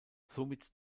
somit